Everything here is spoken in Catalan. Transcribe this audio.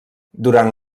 durant